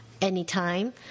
anytime